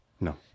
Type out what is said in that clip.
No